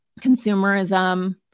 consumerism